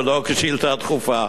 ולא כשאילתא דחופה.